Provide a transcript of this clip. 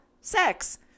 sex